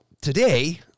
today